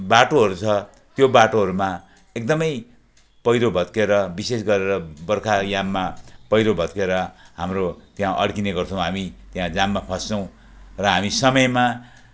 बाटोहरू छ त्यो बाटोहरूमा एकदमै पहिरो भत्किएर विशेष गरेर बर्खा याममा पहिरो भत्किएर हाम्रो त्यहाँ अड्किने गर्छौँ हामी त्यहाँ जाममा फस्छौँ र हामी समयमा